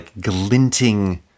glinting